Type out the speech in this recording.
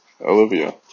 Olivia